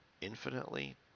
infinitely